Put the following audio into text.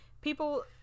people